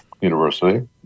university